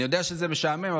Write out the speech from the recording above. אני יודע שזה משעמם,